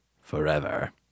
Forever